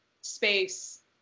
space